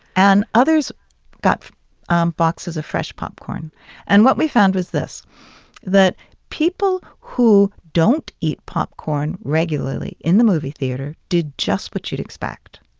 and others got um boxes of fresh popcorn and what we found was this that people who don't eat popcorn regularly in the movie theater did just what you'd expect.